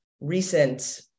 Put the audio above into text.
recent